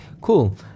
Cool